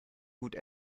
gut